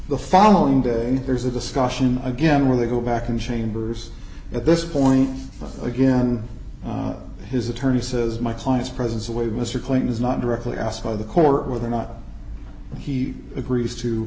the following day there's a discussion again where they go back in chambers at this point again his attorney says my client's presence away mr kling is not directly asked by the court with or not he agrees to